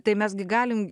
tai mes gi galim